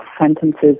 sentences